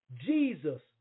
Jesus